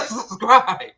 subscribe